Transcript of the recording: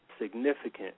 significant